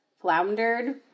floundered